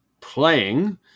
playing